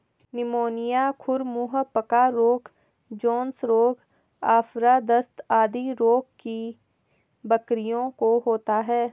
pneumonia, खुर मुँह पका रोग, जोन्स रोग, आफरा, दस्त आदि रोग भी बकरियों को होता है